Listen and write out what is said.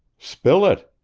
spill it!